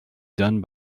done